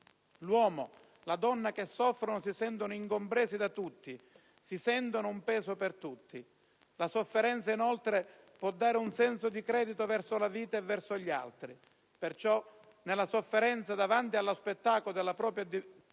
L'uomo, la donna che soffrono si sentono incompresi da tutti, si sentono un peso per tutti. La sofferenza, inoltre, può dare un senso di credito verso la vita e verso gli altri. Perciò, nella sofferenza, davanti allo spettacolo della propria decadenza